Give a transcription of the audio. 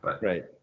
Right